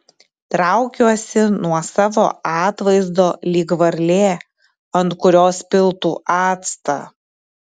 traukiuosi nuo savo atvaizdo lyg varlė ant kurios piltų actą